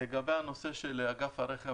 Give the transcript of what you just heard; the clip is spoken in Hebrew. לגבי הנושא של אגף הרכב,